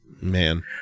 man